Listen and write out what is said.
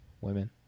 women